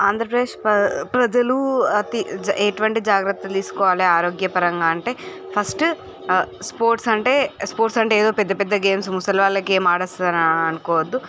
ఆంధ్రప్రదేశ్ ప్ర ప్రజలు అతి ఎటువంటి జాగ్రతలూ తీసుకోవాలి ఆరోగ్య పరంగ అంటే ఫస్ట్ స్పోర్ట్స్ అంటే ఫస్ట్ స్పోర్ట్స్ అంటే ఏదో పెద్ద పెద్ద గేమ్స్ ముసలవాళ్ళ గేమ్ ఆడేస్తా అని అనుకోవద్దు